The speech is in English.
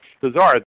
bizarre